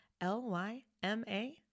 L-Y-M-A